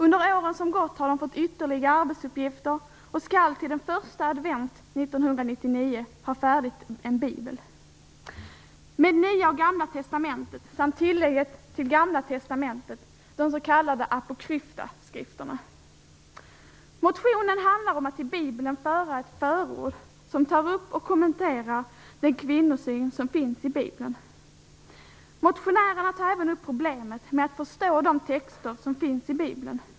Under åren som gått har den fått ytterligare arbetsuppgifter och skall till den första advent år 1999 har färdigt en bibel med Nya testamentet och Gamla testamentet samt tillägget till Motionen handlar om att i bibeln införa ett förord som tar upp och kommenterar den kvinnosyn som finns i bibeln. Motionärerna tar även upp problemet med att förstå de texter som finns i Bibeln.